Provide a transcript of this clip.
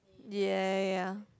ya ya ya